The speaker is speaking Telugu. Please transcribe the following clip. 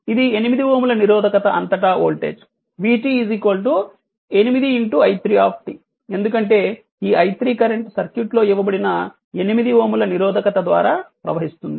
కాబట్టి 8 Ω నిరోధకత అంతటా వోల్టేజ్ vt 8 i3 ఎందుకంటే ఈ i3 కరెంట్ సర్క్యూట్లో ఇవ్వబడిన 8Ω నిరోధకత ద్వారా ప్రవహిస్తుంది